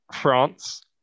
France